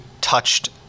touched